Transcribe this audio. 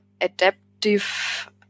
adaptive